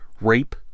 rape